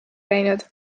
läinud